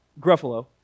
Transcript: Gruffalo